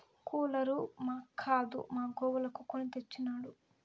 cooler మాక్కాదు మా గోవులకు కొని తెచ్చినాడు